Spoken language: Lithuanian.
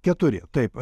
keturi taip